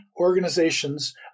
organizations